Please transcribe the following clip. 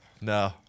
no